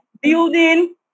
building